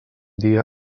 dia